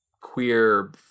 queer